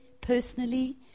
personally